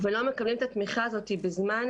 ולא מקבלים את התמיכה הזאת בזמן